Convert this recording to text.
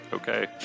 Okay